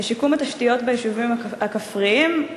לשיקום התשתיות ביישובים הכפריים,